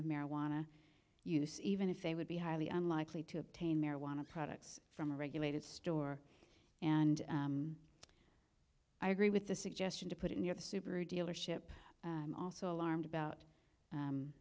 of marijuana use even if they would be highly unlikely to obtain marijuana products from a regulated store and i agree with the suggestion to put it near the super dealership also alarmed about